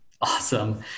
Awesome